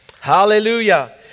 Hallelujah